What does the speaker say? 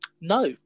No